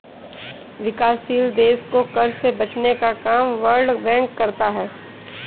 विकासशील देश को कर्ज से बचने का काम वर्ल्ड बैंक करता है